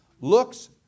looks